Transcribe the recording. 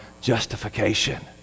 justification